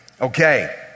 Okay